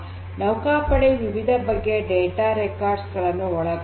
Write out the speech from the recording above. aircraft ನ ವಿವಿಧ ಬಗೆಯ ಡೇಟಾ ರೆಕಾರ್ಡ್ಸ್ ಗಳನ್ನು ಒಳಗೊಂಡಿದೆ